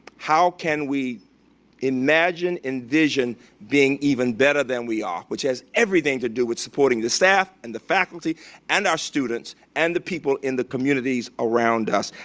how can we imagine, envision being even better than we are? which has everything to do with supporting the staff and the faculty and our students and the people in the communities around us.